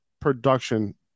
production